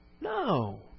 No